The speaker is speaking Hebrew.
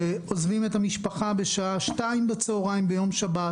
שעוזבים את המשפחה בשעה 14:00 בצוהריים ביום שבת